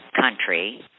country